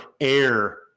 air